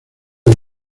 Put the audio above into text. del